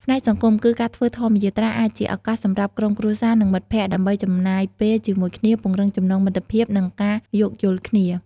ផ្នែកសង្គមគឺ ការធ្វើធម្មយាត្រាអាចជាឱកាសសម្រាប់ក្រុមគ្រួសារ និងមិត្តភក្តិ ដើម្បីចំណាយពេលជាមួយគ្នា ពង្រឹងចំណងមិត្តភាព និងការយោគយល់គ្នា។